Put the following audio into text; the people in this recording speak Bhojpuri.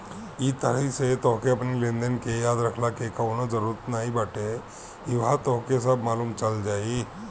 इ तरही से तोहके अपनी लेनदेन के याद रखला के कवनो जरुरत नाइ बाटे इहवा तोहके सब मालुम चल जाई